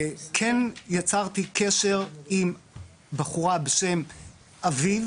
כן יצרתי קשר עם בחורה בשם אביב